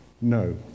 No